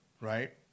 Right